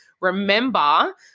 remember